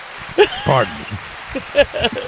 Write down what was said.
Pardon